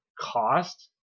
cost